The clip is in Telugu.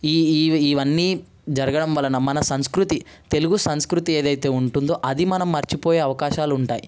ఈ ఈ ఇవన్నీ జరగడం వలన మన సంస్కృతి తెలుగు సంస్కృతి ఏదయితే ఉంటుందో అది మనం మర్చిపోయే అవకాశాలుంటాయి